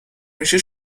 میشه